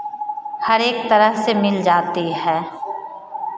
हर एक तरह से मिल जाती है